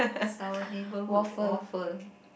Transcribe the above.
is our neighbourhood waffle